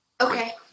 Okay